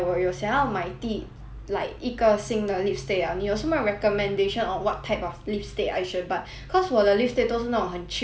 like 一个新的 lipstick ah 你有什么 recommendation on what type of lipstick I should buy cause 我的 lipstick 都是那种很 cheap 的那种 Etude House ah